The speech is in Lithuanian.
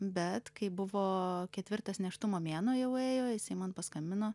bet kai buvo ketvirtas nėštumo mėnuo jau ėjo jisai man paskambino